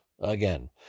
again